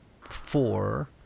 four